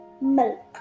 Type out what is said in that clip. Milk